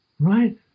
Right